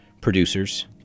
producers